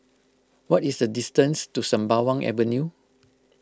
what is the distance to Sembawang Avenue